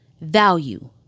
value